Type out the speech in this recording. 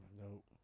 Nope